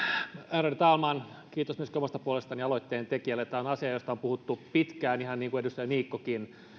ärade talman kiitos myöskin omasta puolestani aloitteentekijälle tämä on asia josta on puhuttu pitkään ihan niin kuin edustaja niikkokin